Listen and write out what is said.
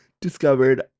discovered